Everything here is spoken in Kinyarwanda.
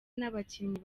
n’abakinnyi